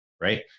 right